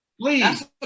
Please